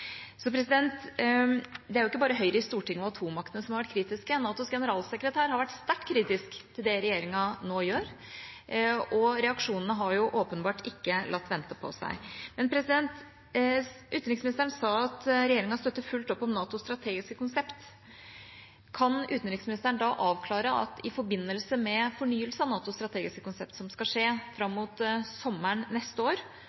Det er ikke bare Høyre i Stortinget og atommaktene som har vært kritiske. NATOs generalsekretær har vært sterkt kritisk til det regjeringa nå gjør. Og reaksjonene har åpenbart ikke latt vente på seg. Utenriksministeren sa at regjeringa støtter fullt ut opp om NATOs strategiske konsept. Kan utenriksministeren da avklare at i forbindelse med fornyelse av NATOs strategiske konsept som skal skje fram mot sommeren neste år,